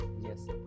Yes